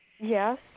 Yes